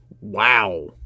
Wow